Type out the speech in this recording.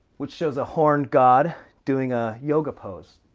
which shows a horned god doing a yoga pose.